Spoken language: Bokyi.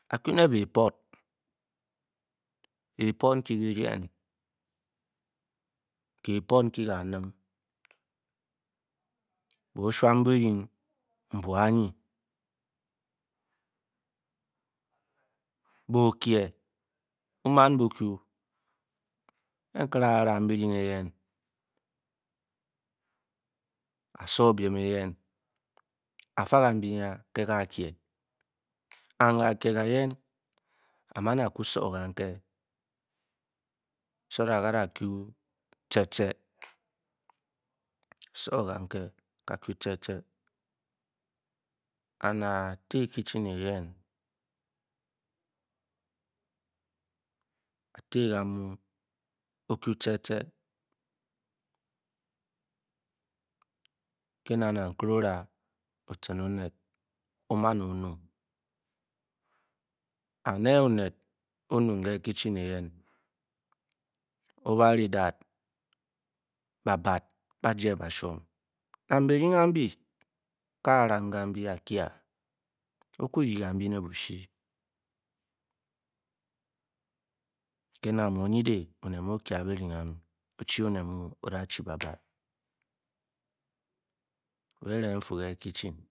Akune bii pot kiipot nki-kaa nin kiipot bo shwam byiring nbwo nyi bo-kye bu-mah bu ku ke nkere a-ram byiring eyen a'soo biem eyen afa ka nbi ke kac kye and kaakye kayen a'ku soo kan ke sa that ka'da ku setce tce and a'ti kitchen eyen o'ku ke-tce ke'na nang nkere ora o-cin onet o'mao-o enung and e onet onang ke kitchen eyen o'ba'ri ofu babat bajee ba'shwom nang byiring a'bi kr a ram kanbi a'kaa o'ku ryi kan bi ne byshu kena mu onydeng o'fu onet mu o'kye a byiryin a'bi o'chi onet ba'bat kyrang ntu ka kitchen